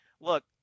look